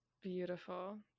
Beautiful